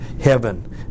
heaven